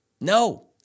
No